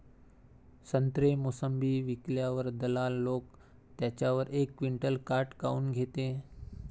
संत्रे, मोसंबी विकल्यावर दलाल लोकं त्याच्यावर एक क्विंटल काट काऊन घेते?